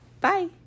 Bye